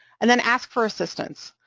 and then ask for assistance.